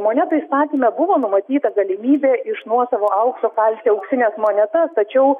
monetų įstatyme buvo numatyta galimybė iš nuosavo aukso kalti auksines monetas tačiau